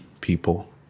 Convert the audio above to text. people